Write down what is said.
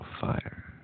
fire